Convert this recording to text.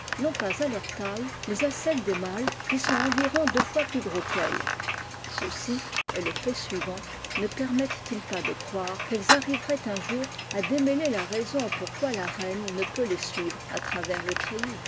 non pas à leur taille mais à celle des mâles qui sont environ deux fois plus gros qu'elles ceci et le fait suivant ne permettent-ils pas de croire qu'elles arriveraient un jour à démêler la raison pourquoi la reine ne peut les suivre à travers le